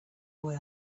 boy